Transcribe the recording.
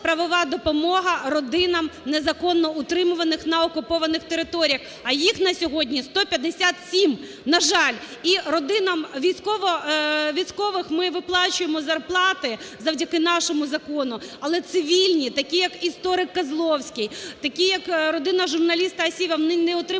допомога родинам незаконно утримуваним на окупованих територіях, а їх на сьогодні 157, на жаль. І родинам військових ми виплачуємо зарплати завдяки нашому закону, але цивільні, такі як історик Козловський, такі як родина журналіста Асєєва, вони не отримують